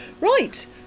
right